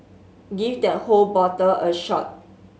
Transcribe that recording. give that whole bottle a shot